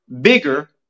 bigger